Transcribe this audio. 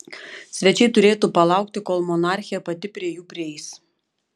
svečiai turėtų palaukti kol monarchė pati prie jų prieis